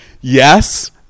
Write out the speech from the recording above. Yes